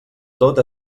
tot